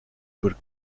could